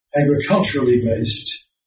agriculturally-based